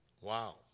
Wow